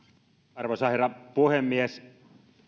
arvoisa herra puhemies